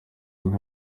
nka